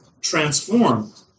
transformed